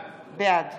בעד